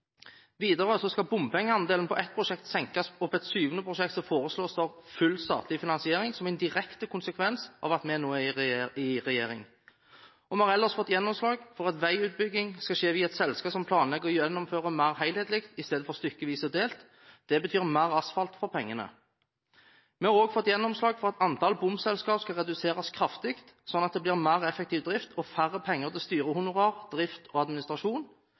Videre skal bompengeandelen på ett prosjekt senkes og på et syvende prosjekt foreslås full statlig finansiering som en direkte konsekvens av at vi nå er i regjering. Vi har ellers fått gjennomslag for at veiutbygging skal skje via et selskap som planlegger og gjennomfører mer helhetlig i stedet for stykkevis og delt. Det betyr mer asfalt for pengene. Vi har også fått gjennomslag for at antall bomselskap skal reduseres kraftig, sånn at det blir mer effektiv drift og færre penger til styrehonorar, drift og administrasjon.